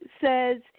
says